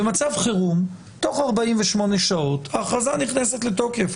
במצב חירום תוך 48 שעות ההכרזה נכנסת לתוקף,